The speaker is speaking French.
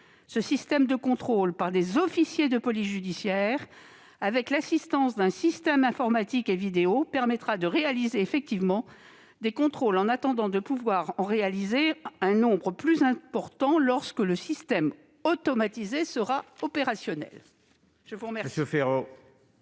Ce système de contrôle par des officiers de police judiciaire, avec l'assistance d'un système informatique et vidéo, permettra de réaliser effectivement des contrôles en attendant de pouvoir en réaliser un nombre plus important lorsque le système automatisé sera opérationnel.